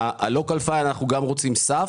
ה-local file אנחנו גם רוצים סף.